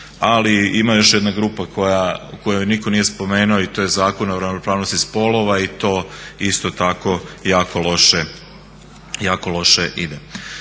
Ali ima još jedna grupa koju nitko nije spomenuo, a to je Zakon o ravnopravnosti spolova i to isto tako jako loše ide.